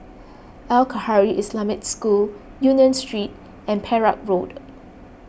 Al Khairiah Islamic School Union Street and Perak Road